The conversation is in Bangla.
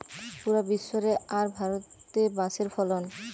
পুরা বিশ্ব রে আর ভারতে বাঁশের ফলন